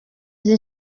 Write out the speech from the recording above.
izi